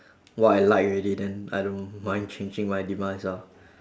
what I like already then I don't mind changing my demise ah